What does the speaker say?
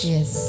Yes